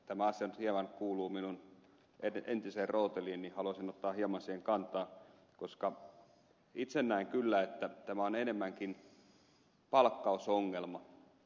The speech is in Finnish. tämä asia nyt hieman kuuluu minun entiseen rooteliini niin haluaisin ottaa hieman siihen kantaa koska itse näen kyllä että tämä on enemmänkin palkkausongelma